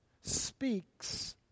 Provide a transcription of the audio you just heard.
speaks